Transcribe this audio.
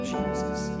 Jesus